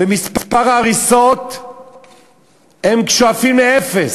ומספר ההריסות שואף לאפס,